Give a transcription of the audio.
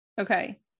Okay